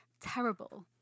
terrible